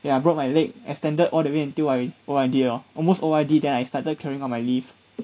ya I broke my leg extended all the way until I O_R_D lor almost O_R_D then I started clearing all my leave